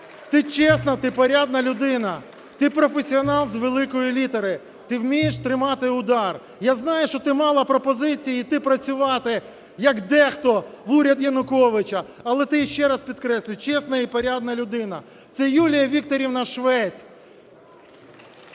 ти чесна, ти порядна людина, ти професіонал з великої літери, ти вмієш тримати удар. Я знаю, що ти мала пропозиції йти працювати, як дехто, в уряд Януковича, але ти, ще раз підкреслюю, чесна і порядна людина. Це Юлія Вікторівна Швець.